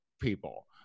people